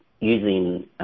using